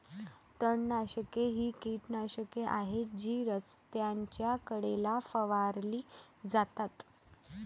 तणनाशके ही कीटकनाशके आहेत जी रस्त्याच्या कडेला फवारली जातात